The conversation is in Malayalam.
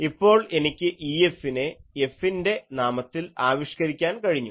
ഇപ്പോൾ എനിക്ക് EFനെ F ൻ്റെ നാമത്തിൽ ആവിഷ്കരിക്കുവാൻ കഴിഞ്ഞു